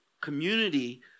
community